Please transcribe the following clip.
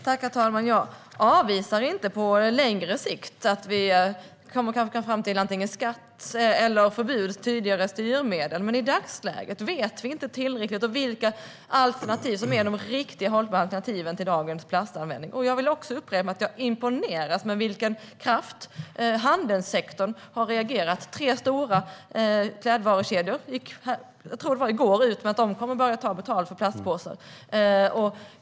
Herr talman! Jag avvisar inte att vi på längre sikt kan ha tydligare styrmedel som skatt eller förbud. Men i dagsläget vet vi inte tillräckligt om vilka de riktigt hållbara alternativen till dagens plastanvändning är. Låt mig upprepa att jag är imponerad av med vilken kraft handelssektorn har reagerat. Tre stora klädkedjor gick i går ut med att de kommer att börja ta betalt för plastpåsar.